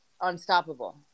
unstoppable